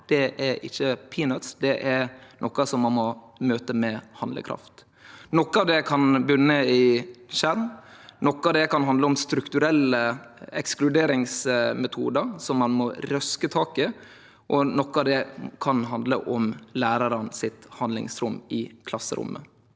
er «peanuts», det er noko ein må møte med handlekraft. Noko av det kan botne i skjerm, noko av det kan handle om strukturelle ekskluderingsmetodar som ein må røske tak i, og noko av det kan handle om handlingsrommet lærarane har i klasserommet.